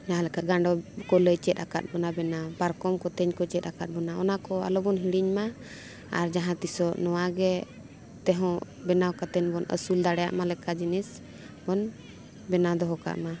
ᱡᱟᱦᱟᱸ ᱞᱮᱠᱟ ᱜᱟᱸᱰᱳ ᱠᱚ ᱞᱟᱹᱭ ᱪᱮᱫ ᱟᱠᱟᱫ ᱵᱚᱱᱟ ᱵᱮᱱᱟᱣ ᱯᱟᱨᱠᱚᱢᱠᱚ ᱛᱮᱧ ᱠᱚ ᱪᱮᱫ ᱟᱠᱟᱫ ᱵᱚᱱᱟ ᱚᱱᱟ ᱠᱚ ᱟᱞᱚ ᱵᱚᱱ ᱦᱤᱲᱤᱧ ᱢᱟ ᱟᱨ ᱡᱟᱦᱟᱸ ᱛᱤᱥᱚᱜ ᱱᱚᱣᱟᱜᱮ ᱛᱮᱦᱚᱸ ᱵᱮᱱᱟᱣ ᱠᱟᱛᱮᱫ ᱵᱚᱱ ᱟᱹᱥᱩᱞ ᱫᱟᱲᱮᱭᱟᱜ ᱢᱟ ᱞᱮᱠᱟ ᱡᱤᱱᱤᱥ ᱵᱚᱱ ᱵᱮᱱᱟᱣ ᱫᱚᱦᱚ ᱠᱟᱜ ᱢᱟ